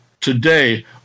Today